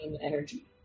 energy